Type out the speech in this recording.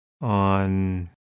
on